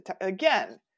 again